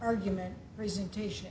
argument presentation